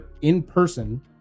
in-person